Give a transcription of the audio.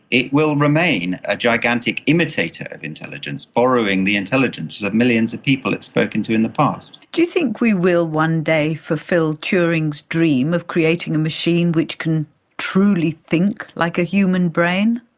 it will remain a gigantic imitator of intelligence, borrowing the intelligence of millions of people it has spoken to in the past. do you think we will one day fulfil turing's dream of creating a machine which can truly think like a human brain?